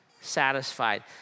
satisfied